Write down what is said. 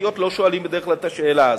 ממשלתיות לא שואלים בדרך כלל את השאלה הזאת.